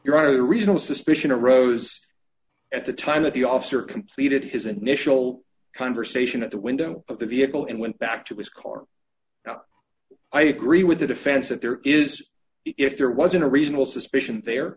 you're out of a reasonable suspicion arose at the time that the officer completed his initial conversation at the window of the vehicle and went back to his car i agree with the defense that there is if there wasn't a reasonable suspicion there